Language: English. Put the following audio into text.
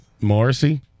Morrissey